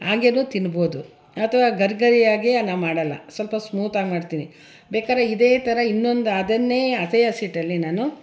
ಆಗೇನು ತಿನ್ಬೋದು ಅಥವಾ ಗರಿ ಗರಿಯಾಗೇ ನಾನು ಮಾಡೋಲ್ಲ ಸ್ವಲ್ಪ ಸ್ಮೂತಾಗಿ ಮಾಡ್ತೀನಿ ಬೇಕಾದ್ರೆ ಇದೇ ಥರ ಇನ್ನೊಂದು ಅದನ್ನೇ ಅದೇ ಹಸಿಟ್ಟಲ್ಲಿ ನಾನು